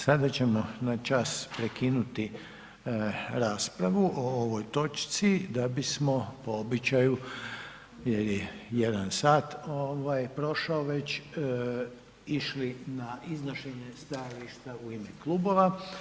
Sada ćemo na čas prekinuti raspravu o ovoj točci da bismo po običaju jer je 1 sat ovaj prošao već išli na iznošenje stajališta u ime klubova.